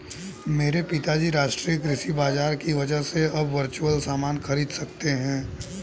मेरे पिताजी राष्ट्रीय कृषि बाजार की वजह से अब वर्चुअल सामान खरीद सकते हैं